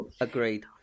agreed